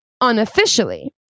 unofficially